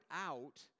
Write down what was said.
out